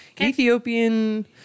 Ethiopian